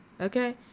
Okay